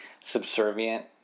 subservient